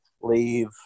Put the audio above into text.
leave